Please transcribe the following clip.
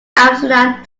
amsterdam